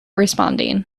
responding